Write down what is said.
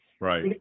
Right